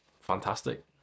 fantastic